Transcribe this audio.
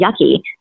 yucky